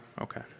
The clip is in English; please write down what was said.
Okay